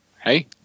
hey